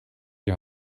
die